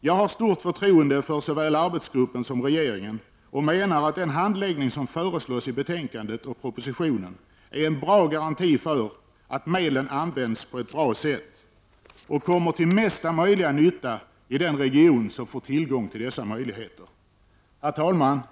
Jag har stort förtroende för såväl arbetsgruppen som regeringen och menar att den handläggning som föreslås i betänkandet och i propositionen är en god garanti för att medlen används på ett bra sätt och kommer till mesta möjliga nytta i den region som får tillgång till dessa möjligheter. Herr talman!